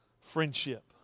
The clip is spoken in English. friendship